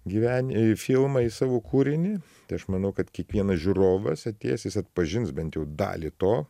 gyveni filmą į savo kūrinį tai aš manau kad kiekvienas žiūrovas atėjęs jis atpažins bent jau dalį to